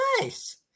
Nice